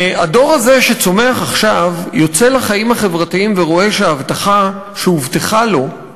הדור הזה שצומח עכשיו יוצא לחיים החברתיים ורואה שההבטחה שהובטחה לו,